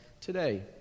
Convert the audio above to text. today